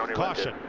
caution.